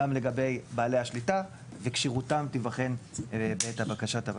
גם לגבי בעלי השליטה וכשירותם תיבחן בעת בקשת הבקשה.